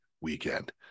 weekend